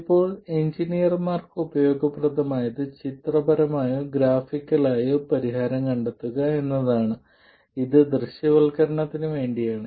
ഇപ്പോൾ എഞ്ചിനീയർമാർക്ക് ഉപയോഗപ്രദമായത് ചിത്രപരമായോ ഗ്രാഫിക്കലായോ പരിഹാരം കണ്ടെത്തുക എന്നതാണ് ഇത് ദൃശ്യവൽക്കരണത്തിന് വേണ്ടിയാണ്